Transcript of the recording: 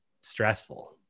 stressful